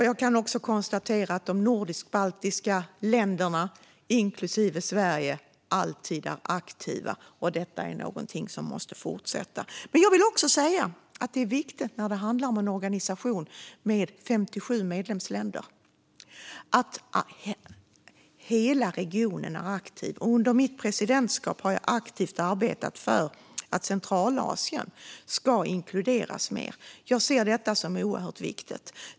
Jag kan också konstatera att de nordisk-baltiska länderna, inklusive Sverige, alltid är aktiva, och detta är något som måste fortsätta. Jag vill också säga att när det handlar om en organisation med 57 medlemsländer är det viktigt att hela regionen är aktiv. Under mitt presidentskap har jag aktivt arbetat för att Centralasien ska inkluderas mer. Jag ser detta som oerhört viktigt.